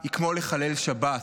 היא כמו לחלל שבת,